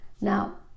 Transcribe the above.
Now